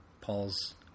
Paul's